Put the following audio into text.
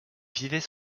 vivait